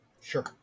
Sure